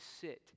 sit